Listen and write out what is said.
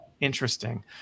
Interesting